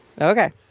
Okay